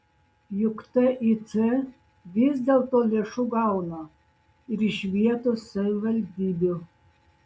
juk tic vis dėlto lėšų gauna ir iš vietos savivaldybių